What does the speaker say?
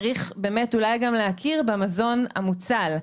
צריך באמת אולי גם להכיר במזון המוצל.